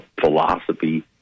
philosophy